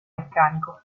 meccanico